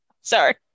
sorry